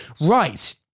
Right